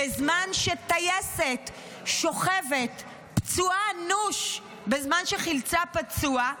בזמן שטייסת שוכבת פצועה אנושות בזמן שחילצה פצוע,